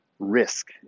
risk